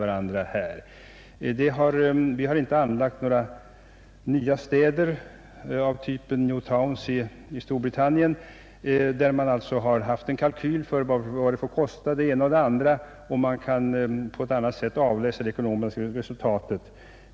Vi i Sverige har inte anlagt några nya städer av typen new towns i Storbritannien, där man haft en kalkyl över vad olika projekt fått kosta så att man kunnat avläsa det ekonomiska resultatet.